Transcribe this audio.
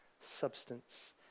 substance